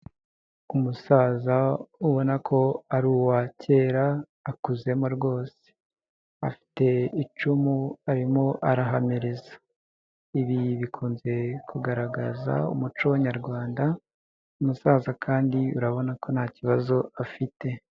Umusaza ubona ko ari uwa kera akuzemo rwose, afite icumu arimo arahamiriza, ibi bikunze kugaragaza umuco nyarwanda, umusaza kandi urabona ko nta kibazo afite.